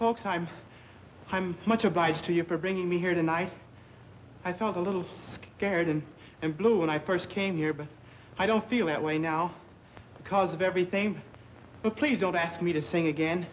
high i'm much obliged to you for bringing me here tonight i felt a little scared and blue when i first came here but i don't feel that way now because of everything but please don't ask me to sing again